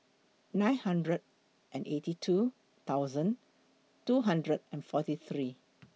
nine hundred and eighty two thousand two hundred and forty three